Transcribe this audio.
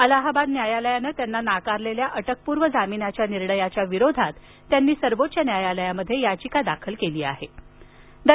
अलाहाबाद न्यायालयाने त्यांना नाकारलेल्या अटकपूर्व जामिनाच्या निर्णयाच्या विरोधात त्यांनी सर्वोच्च न्यायालयात याचिका दाखल केली होती